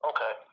Okay